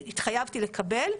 התחייבתי לקבל,